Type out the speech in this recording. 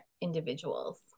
individuals